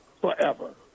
forever